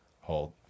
Hold